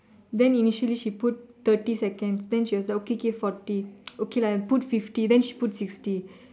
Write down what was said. then initially she put thirty seconds then she was like okay okay forty okay lah put fifty then she put sixty